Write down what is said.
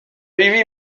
heavy